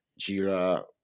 Jira